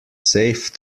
safe